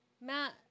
Matt